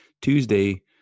Tuesday